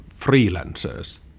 freelancers